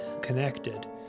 connected